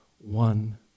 one